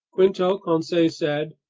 quinto, conseil said,